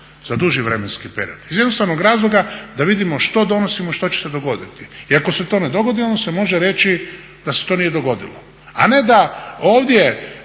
za duži vremenski period iz jednostavnog razloga da vidimo što donosimo, što će se dogoditi. I ako se to ne dogodi onda se može reći da se to nije dogodilo, a ne da ovdje